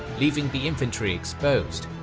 leaving the infantry exposed.